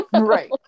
Right